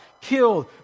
killed